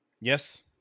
Yes